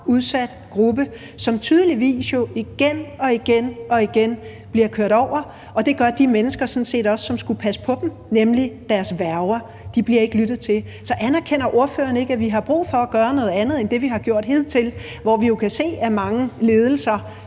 udsat gruppe, som tydeligvis igen og igen bliver kørt over, og at det gør de mennesker, som skulle passe på dem, nemlig deres værger, sådan set også? Der bliver ikke lyttet til dem. Så anerkender ordføreren ikke, at vi har brug for at gøre noget andet end det, vi har gjort hidtil, hvor vi jo kan se, at mange ledelser